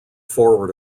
forward